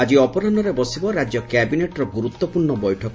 ଆଜି ଅପରାହ୍ବରେ ବସିବ ରାକ୍ୟ କ୍ୟାବିନେଟ୍ର ଗୁରୁତ୍ୱପୂର୍ଣ୍ଣ ବୈଠକ